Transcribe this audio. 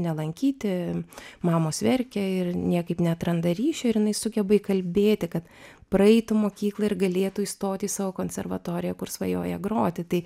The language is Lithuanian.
nelankyti mamos verkė ir niekaip neatranda ryšio ir jinai sugeba įkalbėti kad praeitų mokyklą ir galėtų įstoti į savo konservatoriją kur svajoja groti tai